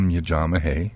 Yajamahe